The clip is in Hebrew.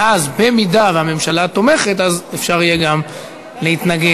ואז, במידה שהממשלה תומכת, אפשר יהיה גם להתנגד.